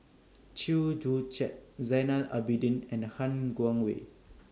Chew Joo Chiat Zainal Abidin and Han Guangwei